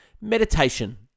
Meditation